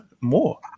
more